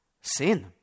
sin